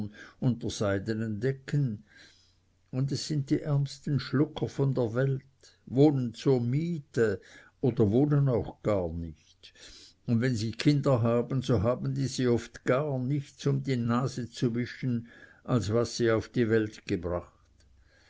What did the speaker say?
seidenen decken und es sind die ärmsten schlucker von der welt wohnen zur miete oder wohnen auch gar nicht und wenn sie kinder haben so haben diese oft gar nichts um die nase zu wischen als was sie auf die welt gebracht